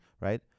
right